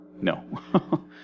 No